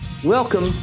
Welcome